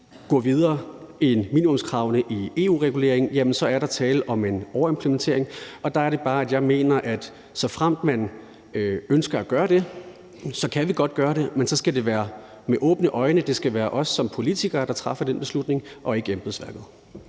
gå videre end minimumskravene i EU-reguleringen, er der tale om en overimplementering, og der er det bare, jeg mener, at såfremt man ønsker at gøre det, kan vi godt gøre det, men at så skal det være med åbne øjne. Det skal være os som politikere, der træffer den beslutning, og ikke embedsværket.